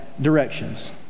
directions